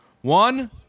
One